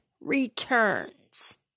returns